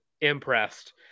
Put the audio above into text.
impressed